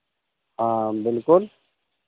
हाँ बिल्कुल